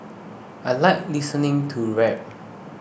I like listening to rap